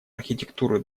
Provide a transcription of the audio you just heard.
архитектуры